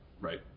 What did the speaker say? Right